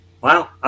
Wow